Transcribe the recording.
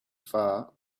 far